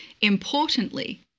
Importantly